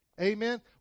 Amen